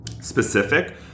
specific